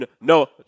No